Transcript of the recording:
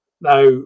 Now